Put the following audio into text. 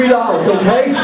okay